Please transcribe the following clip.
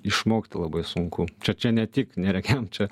išmokti labai sunku čia čia ne tik neregiam čia